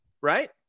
Right